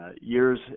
years